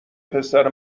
پسر